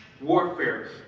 warfare